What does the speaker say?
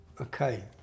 Okay